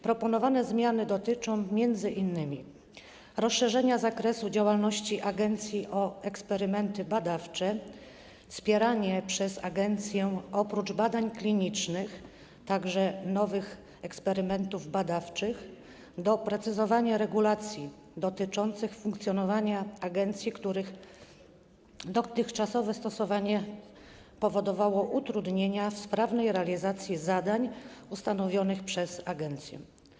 Proponowane zmiany dotyczą m.in. rozszerzenia zakresu działalności agencji o eksperymenty badawcze, wspierania przez agencję oprócz badań klinicznych także nowych eksperymentów badawczych i doprecyzowania regulacji dotyczących funkcjonowania agencji, których dotychczasowe stosowanie powodowało utrudnienia w sprawnej realizacji zadań ustanowionych przez agencję.